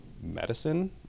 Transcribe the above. medicine